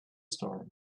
store